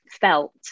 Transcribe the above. felt